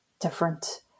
different